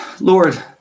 Lord